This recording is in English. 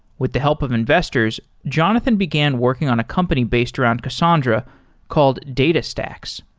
with the help of investors, jonathan began working on a company based around cassandra called datastax.